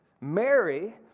Mary